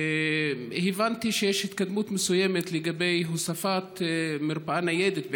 הבנתי שיש התקדמות מסוימת לגבי הוספת מרפאה ניידת,